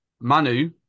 Manu